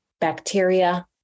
bacteria